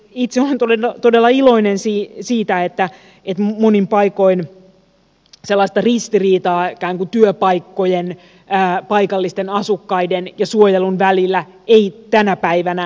itse olen todella iloinen siitä että monin paikoin sellaista ristiriitaa ikään kuin työpaikkojen paikallisten asukkaiden ja suojelun välillä ei tänä päivänä ole